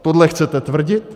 Tohle chcete tvrdit?